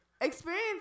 experience